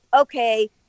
okay